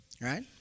right